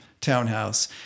townhouse